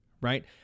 right